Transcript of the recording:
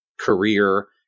career